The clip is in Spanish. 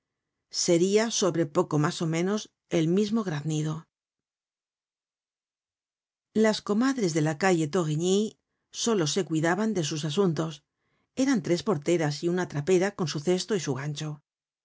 seria sobre poco mas ó menos el mismo granizdo content from google book search generated at las comadres de la calle thorigny solo se cuidaban de sus asuntos eran tres porteras y una trapera con su cesto y su gancho